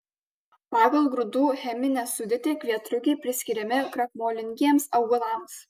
pagal grūdų cheminę sudėtį kvietrugiai priskiriami krakmolingiems augalams